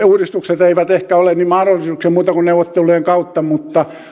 uudistukset eivät ehkä ole niin mahdollisia muuta kuin neuvottelujen kautta mutta